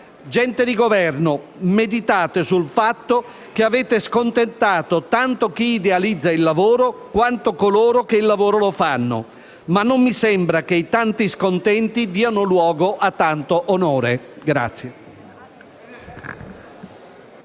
Gente di Governo, meditate sul fatto che avete scontentato tanto chi idealizza il lavoro, quanto coloro che il lavoro lo fanno. Non mi sembra, però, che i tanti scontenti diano luogo a tanto onore.